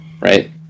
Right